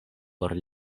por